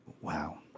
Wow